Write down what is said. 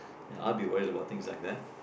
I'll be worried about things like that